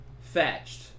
Fetched